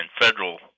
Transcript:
federal